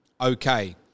Okay